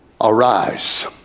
arise